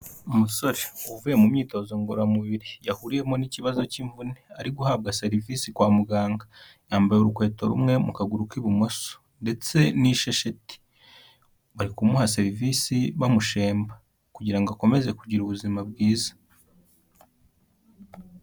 Umusore uvuye mu myitozo ngororamubiri, yahuriyemo n'ikibazo cy'imvune, ari guhabwa serivisi kwa muganga. Yambaye urukweto rumwe mu kaguru k'ibumoso ndetse n'ishesheti. Bari kumuha serivisi bamushemba, kugira ngo akomeze kugira ubuzima bwiza.